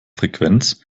frequenz